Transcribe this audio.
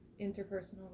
interpersonal